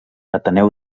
ateneu